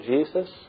Jesus